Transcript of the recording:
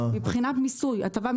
זוהי הטבה מיסויית.